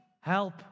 help